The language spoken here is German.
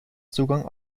zugang